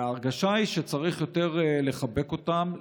ההרגשה היא שצריך יותר לחבק אותם,